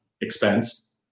expense